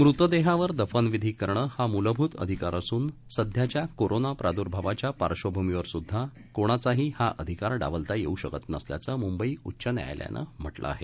मुतदेहावर दफनविधी करणं हा मूलभूत अधिकार असून सध्याच्या कोरोना प्रादूर्भावाच्या पार्श्वभूमीवरसुद्धा कोणाचाही हा अधिकार डावलता येऊ शकत नसल्याचं मुंबई उच्च न्यायालयानं म्हटलं आहे